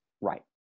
Right